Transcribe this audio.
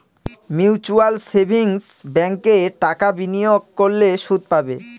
mutual savings ব্যাঙ্কে টাকা বিনিয়োগ করলে সুদ পাবে